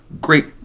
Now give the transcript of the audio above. great